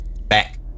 back